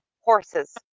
horses